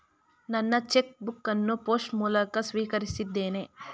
ನನ್ನ cheque book ಅನ್ನು post ಮೂಲಕ ಸ್ವೀಕರಿಸಿದ್ದೇನೆ